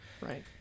Right